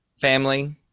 family